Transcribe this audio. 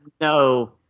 no